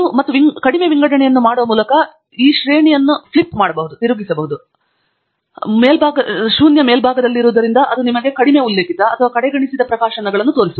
ಮತ್ತು ಕಡಿಮೆ ವಿಂಗಡಣೆಯನ್ನು ಮಾಡುವ ಮೂಲಕ ಈ ಶ್ರೇಣಿಯನ್ನು ಫ್ಲಿಪ್ ಮಾಡಬಹುದು ಅವುಗಳೆಂದರೆ ಶೂನ್ಯ ಮೇಲ್ಭಾಗದಲ್ಲಿರುವುದರಿಂದ ಅದು ನಿಮಗೆ ಕಡಿಮೆ ಉಲ್ಲೇಖಿತ ಅಥವಾ ಕಡೆಗಣಿಸಿದ ಪ್ರಕಾಶನಗಳನ್ನು ತೋರಿಸುತ್ತದೆ